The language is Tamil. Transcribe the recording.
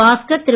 பாஸ்கர் திரு